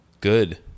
Good